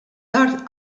dar